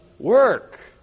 work